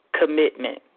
commitment